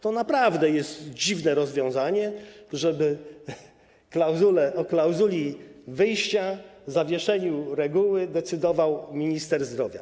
To naprawdę jest dziwne rozwiązanie, żeby o klauzuli wyjścia, zawieszeniu reguły decydował minister zdrowia.